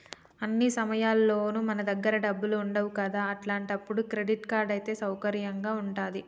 అన్ని సమయాల్లోనూ మన దగ్గర డబ్బులు ఉండవు కదా అట్లాంటప్పుడు క్రెడిట్ కార్డ్ అయితే సౌకర్యంగా ఉంటది